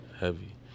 Heavy